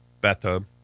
Bathtub